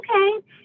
okay